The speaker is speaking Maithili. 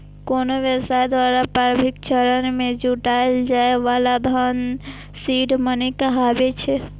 कोनो व्यवसाय द्वारा प्रारंभिक चरण मे जुटायल जाए बला धन सीड मनी कहाबै छै